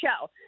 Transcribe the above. show